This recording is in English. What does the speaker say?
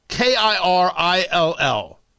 K-I-R-I-L-L